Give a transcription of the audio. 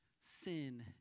sin